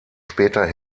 später